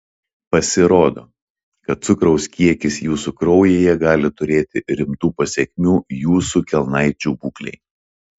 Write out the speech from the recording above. pasirodo kad cukraus kiekis jūsų kraujyje gali turėti rimtų pasekmių jūsų kelnaičių būklei